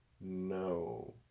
No